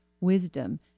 wisdom